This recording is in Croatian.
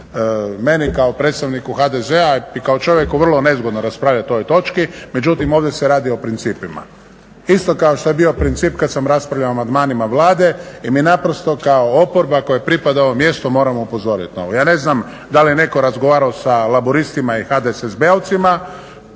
meni kao predstavniku HDZ-a i kao čovjeku vrlo je nezgodno raspravljati u ovoj točki. Međutim ovdje se radi o principa. Isto kao što je bio princip kad sam raspravljao o amandmanima Vlade jer je naprosto kao oporba koja je pripadala ovom mjestu moramo upozoriti na ovo. Ja ne znam da li je netko razgovarao sa Laburistima i HDSSB-ovcima